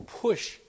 push